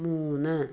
മൂന്ന്